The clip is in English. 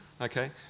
Okay